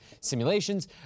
simulations